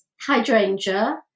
hydrangea